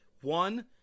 one